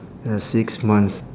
ya six months